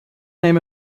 name